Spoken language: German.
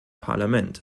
parlament